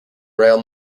real